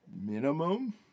minimum